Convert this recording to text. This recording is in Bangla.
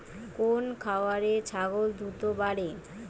কোন খাওয়ারে ছাগল দ্রুত বাড়ে?